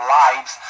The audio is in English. lives